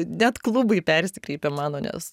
net klubai persikreipė mano nes